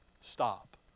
Stop